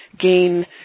gain